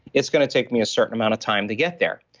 it's going to take me a certain amount of time to get there.